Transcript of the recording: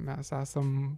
mes esam